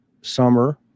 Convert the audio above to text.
summer